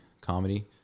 comedy